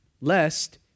lest